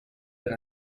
per